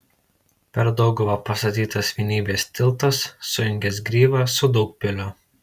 per dauguvą pastatytas vienybės tiltas sujungęs gryvą su daugpiliu